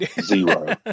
Zero